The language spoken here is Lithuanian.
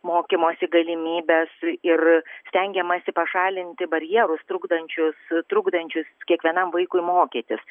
mokymosi galimybes ir stengiamasi pašalinti barjerus trukdančius trukdančius kiekvienam vaikui mokytis